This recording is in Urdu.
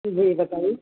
جی بتائیے